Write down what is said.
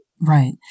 Right